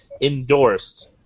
endorsed